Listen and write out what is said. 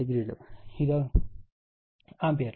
570 ఇది ఒక ఆంపియర్